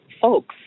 folks